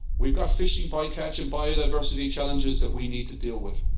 we've got fishing by-catch and biodiversity challenges that we need to deal with.